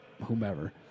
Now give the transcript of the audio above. whomever